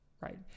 Right